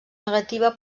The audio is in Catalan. negativa